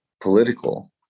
political